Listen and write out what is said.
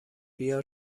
بیار